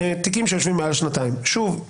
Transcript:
שוב,